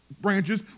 branches